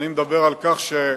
מה אתה מבקש שנעשה שם?